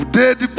dead